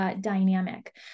dynamic